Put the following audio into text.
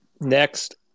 Next